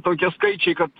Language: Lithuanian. tokie skaičiai kad